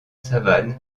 savane